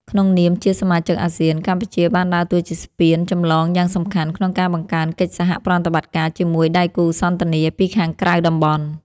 ក្នុងនាមជាសមាជិកអាស៊ាន កម្ពុជាបានដើរតួជាស្ពានចម្លងយ៉ាងសំខាន់ក្នុងការបង្កើនកិច្ចសហប្រតិបត្តិការជាមួយដៃគូសន្ទនាពីខាងក្រៅតំបន់។